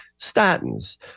statins